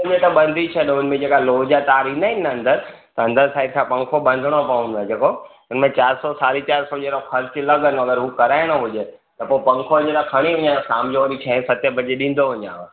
उन में तव्हां बंदी छॾो उन में जेका लोह ता तार ईंदा आइन न अंदर त अंदर साइड सां पंखों बंधणो पवंदो आए जेको हुन में चारि सौ साढी चारि सौ जहिड़ो खर्च लॻंदो अगरि उहो कराइणो हुजे त पोइ पंखो हींअर खणी अचां वरी शाम जो छह सत बजे ॾींदो वञाव